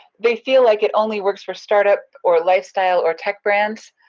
they feel like it only works for start-up, or lifestyle, or tech brands.